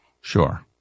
Sure